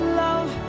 love